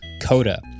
coda